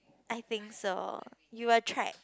I think so you are tried